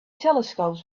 telescopes